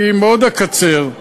אני מאוד אקצר.